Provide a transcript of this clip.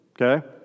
Okay